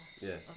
yes